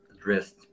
addressed